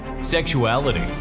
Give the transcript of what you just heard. sexuality